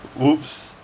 whoops